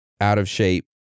out-of-shape